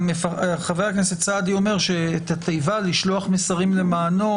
חבר הכנסת סעדי אומר שאת התיבה, לשלוח מסרים למענו